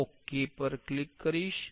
હું okay click કરીશ